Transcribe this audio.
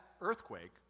earthquake